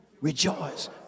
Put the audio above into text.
rejoice